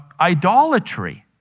idolatry